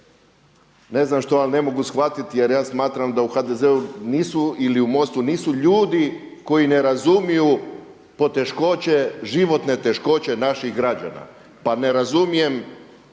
ne znam što ali ne mogu shvatiti jer ja smatram da u HDZ-u nisu ili u MOST-u nisu ljudi koji ne razumiju poteškoće, životne teškoće naših građana. Pa ne razumijem